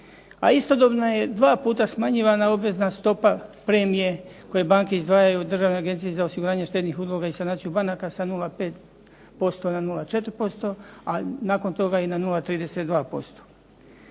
a istodobno je dva puta smanjivana obvezna stopa premije koje banke izdvajaju od Državne agencije za osiguranje štednih uloga i sanaciju banaka sa 0,5% na 0,4%, a nakon toga i na 0,32%.